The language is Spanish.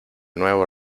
nuevo